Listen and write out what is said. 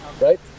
right